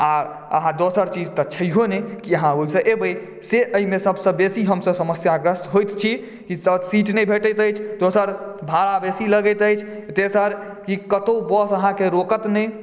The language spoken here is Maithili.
आ अहाँ दोसर चीज तऽ छयौ नहि की अहाँ ओहिसँ एबै से अहिमे सभसे बेसी हमसभ समस्याग्रस्त होइत छी की सीट नहि भेटैत अछि दोसर भाड़ा बेसी लगैत अछि तेसर कतौ बस अहाँके रोकत नहि